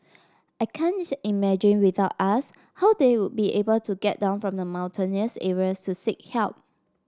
I can't imagine without us how they would be able to get down from the mountainous areas to seek help